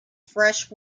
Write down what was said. fresh